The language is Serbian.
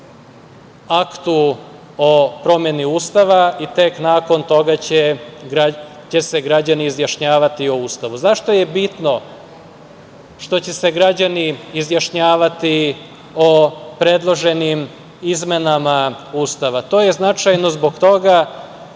aktu, o promeni Ustava i tek nakon toga će se građani izjašnjavati o Ustavu.Zašto je bitno što će se građani izjašnjavati o predloženim izmenama Ustava? To je značajno zbog toga